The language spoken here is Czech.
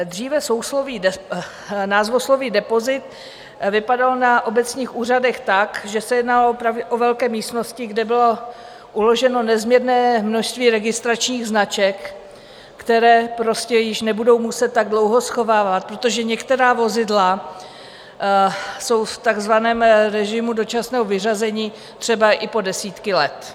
Dříve názvosloví depozit vypadalo na obecních úřadech tak, že se jednalo opravdu o velké místnosti, kde bylo uloženo nezměrné množství registračních značek, které prostě již nebudou muset tak dlouho schovávat, protože některá vozidla jsou v takzvaném režimu dočasného vyřazení třeba i po desítky let.